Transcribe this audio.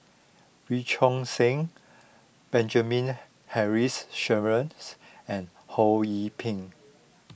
Wee Choon Seng Benjamin Henry Sheares and Ho Yee Ping